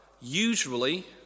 usually